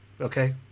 okay